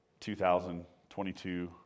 2022